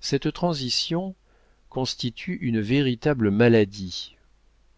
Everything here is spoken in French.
cette transition constitue une véritable maladie